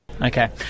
Okay